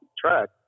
track